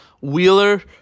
Wheeler